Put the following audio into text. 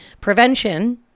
prevention